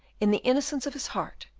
in the innocence of his heart,